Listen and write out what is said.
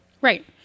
Right